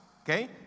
okay